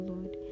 Lord